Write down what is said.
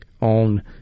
on